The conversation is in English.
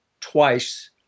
twice